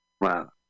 Wow